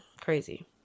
crazy